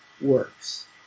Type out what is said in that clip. works